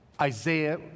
Isaiah